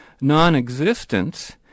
non-existence